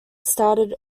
started